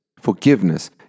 Forgiveness